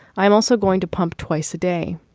i'm also going to pump twice a day.